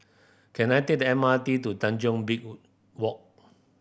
can I take the M R T to Tanjong Beach Walk